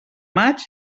maig